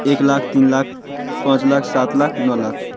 एक लाख तीन लाख पाँच लाख सात लाख नओ लाख